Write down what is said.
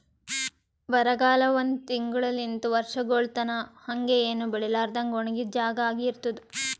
ಬರಗಾಲ ಒಂದ್ ತಿಂಗುಳಲಿಂತ್ ವರ್ಷಗೊಳ್ ತನಾ ಹಂಗೆ ಏನು ಬೆಳಿಲಾರದಂಗ್ ಒಣಗಿದ್ ಜಾಗಾ ಆಗಿ ಇರ್ತುದ್